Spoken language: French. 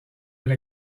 elle